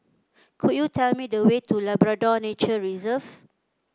could you tell me the way to Labrador Nature Reserve